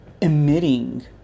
emitting